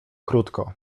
krótko